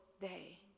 day